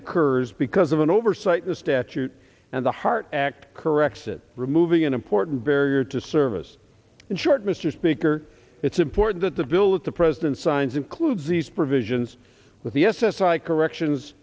occurs because of an oversight the statute and the heart act corrects it removing an important barrier to service in short mr speaker it's important that the villa the president signs includes these provisions with the s s i corrections